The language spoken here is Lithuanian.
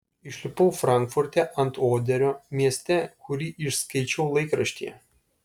išlipau frankfurte ant oderio mieste kurį išskaičiau laikraštyje